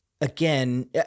again